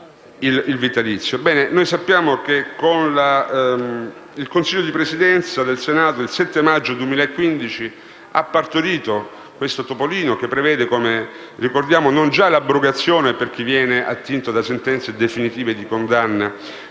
il vitalizio. Noi sappiamo che il Consiglio di Presidenza del Senato il 7 maggio 2015 ha partorito questo topolino che prevede, come ricordiamo, non già l'abrogazione per chi viene attinto da sentenze definitive di condanna,